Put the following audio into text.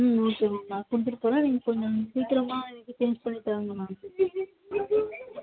okay ma'am நான் கொடுத்துட்டு போகிறே நீங்கள் கொஞ்ச சீக்கிரமாக இது ச்சேஜ் பண்ணி தாங்க மேம்